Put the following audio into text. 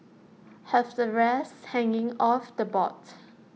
have the rest hanging off the board